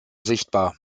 sichtbar